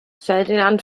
ferdinand